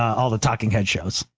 all the talking head shows.